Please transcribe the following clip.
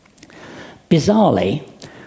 Bizarrely